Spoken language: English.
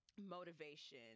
motivation